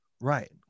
right